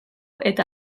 eta